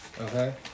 Okay